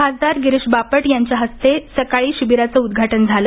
खासदार गिरीश बापट यांच्या हस्ते सकाळी शिबिराचं उद्घाटन झालं